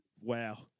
Wow